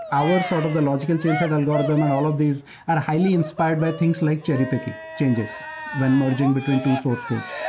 our sort of the logical change set algorithm and all of these are ah highly inspired by things like cherry picking changes when merging between two source codes.